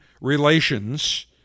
relations